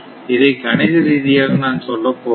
இதை கணித ரீதியாக நான் சொல்லப் போவதில்லை